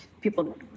people